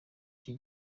iki